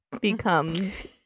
becomes